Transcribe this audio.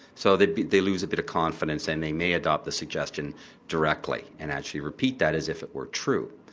so they they lose a bit of confidence and they may adopt the suggestion directly and actually repeat that as if it were true.